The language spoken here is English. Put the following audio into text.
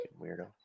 weirdo